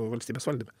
valstybės valdyme